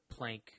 Planck